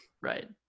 right